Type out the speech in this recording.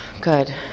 good